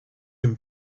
him